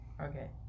okay